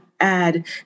add